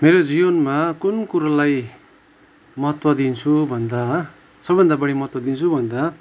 मेरो जीवनमा कुन कुरोलाई महत्त्व दिन्छु भन्दा सबभन्दा बढी महत्त्व दिन्छु भन्दा